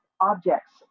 objects